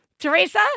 Teresa